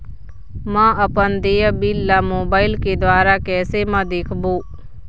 म अपन देय बिल ला मोबाइल के द्वारा कैसे म देखबो?